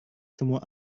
semua